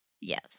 Yes